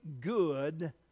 good